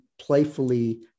playfully